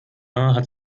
hat